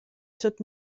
dod